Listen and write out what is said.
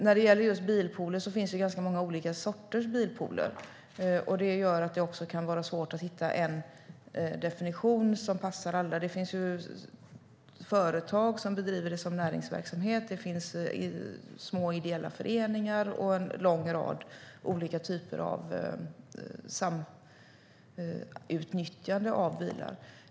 När det gäller just bilpooler finns det ganska många sorters bilpooler. Det gör att det kan vara svårt att hitta en definition som passar alla. Det finns företag som bedriver det som näringsverksamhet. Det finns små ideella föreningar och en lång rad olika typer av samutnyttjande av bilar.